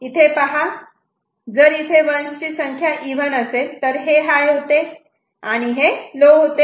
इथे पहा जर इथे 1's ची संख्या इव्हन असेल तर हे हाय होते आणि हे लो होते